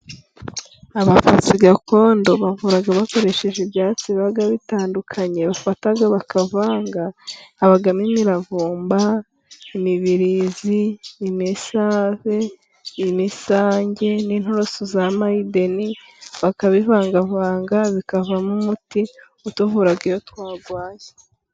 Abavuzi gakondo bavura bakoresheje ibyatsi biba bitandukanye bafata bakavanga ,habamo imiravumba, imibirizi, imisave, imisange, n'inturusu za mayideni bakabivangavanga bikavamo umuti utuvura iyo twarwaye.